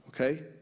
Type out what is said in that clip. okay